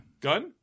Gun